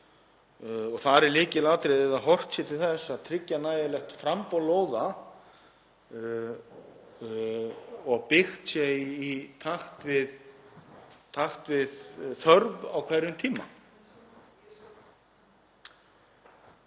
og er tíu ára áætlun, að horft sé til þess að tryggja nægilegt framboð lóða og að byggt sé í takt við þörf á hverjum tíma.